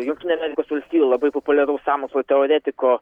jungtinių amerikos valstijų labai populiariaus sąmokslo teoretiko